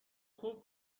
خوب